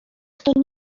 kto